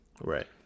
Right